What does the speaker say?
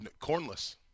Cornless